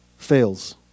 fails